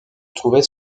trouvait